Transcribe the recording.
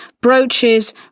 brooches